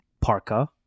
parka